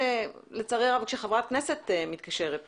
לצערי הרב, זה קורה כשחברת כנסת מתקשרת.